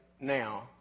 now